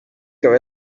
ikaba